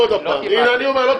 אני מבקשת לא להפריע.